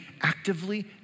actively